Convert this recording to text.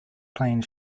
playing